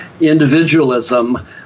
individualism